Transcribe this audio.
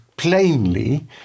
plainly